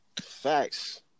Facts